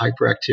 hyperactivity